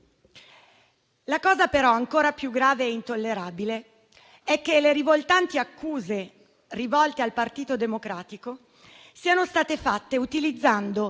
La cosa però ancora più grave e intollerabile è che le rivoltanti accuse verso il Partito Democratico siano state fatte utilizzando